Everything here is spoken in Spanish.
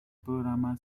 programa